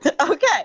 okay